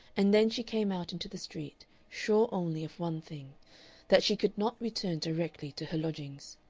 and then she came out into the street, sure only of one thing that she could not return directly to her lodgings.